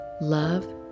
Love